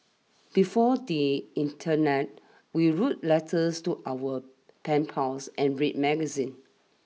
before the internet we wrote letters to our pen pals and read magazines